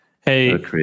Hey